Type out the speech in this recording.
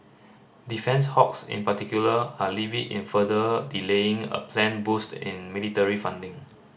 defence hawks in particular are livid in further delaying a planned boost in military funding